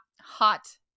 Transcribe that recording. hot